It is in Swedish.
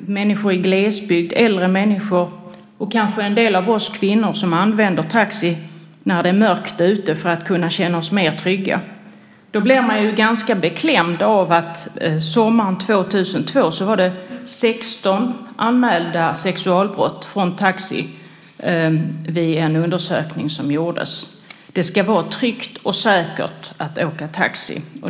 människor i glesbygd, äldre människor och kanske en del av oss kvinnor som använder taxi när det är mörkt ute för att kunna känna oss mer trygga. Då blir man ganska beklämd av att det sommaren 2002 förekom 16 anmälda sexualbrott från taxi enligt en undersökning som gjordes. Det ska vara tryggt och säkert att åka taxi.